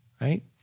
right